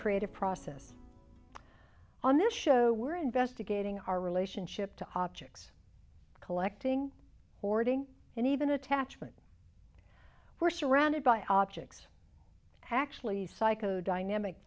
creative process on this show we're investigating our relationship to objects collecting hoarding and even attachment we're surrounded by objects actually psychodynamic